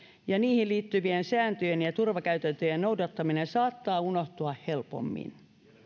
ja niihin liittyvien sääntöjen ja ja turvakäytäntöjen noudattaminen saattaa unohtua helpommin